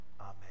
Amen